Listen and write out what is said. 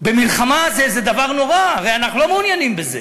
מלחמה זה דבר נורא, הרי אנחנו לא מעוניינים בזה,